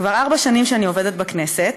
כבר ארבע שנים שאני עובדת בכנסת,